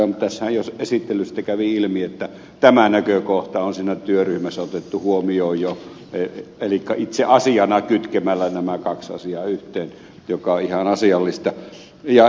mutta tässähän jo esittelystä kävi ilmi että tämä näkökohta on siinä työryhmässä otettu huomioon jo elikkä itse asiana kytkemällä nämä kaksi asiaa yhteen mikä on ihan asiallista